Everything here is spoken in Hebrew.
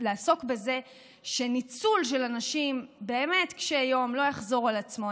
לעסוק בזה שניצול של אנשים באמת קשי יום לא יחזור על עצמו.